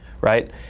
right